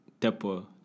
Tepo